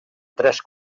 tres